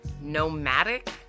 Nomadic